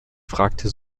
fragte